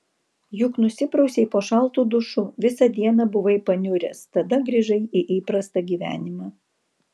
juk nusiprausei po šaltu dušu visą dieną buvai paniuręs tada grįžai į įprastą gyvenimą